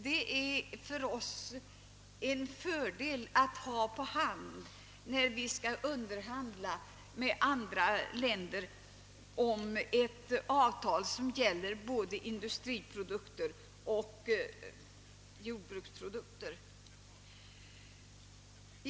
Detta kommer att vara till fördel för oss när vi med andra länder skall underhandla om ett handelsavtal som avser både industriprodukter och jordbruksprodukter.